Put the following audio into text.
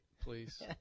please